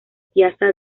piazza